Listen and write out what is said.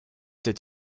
did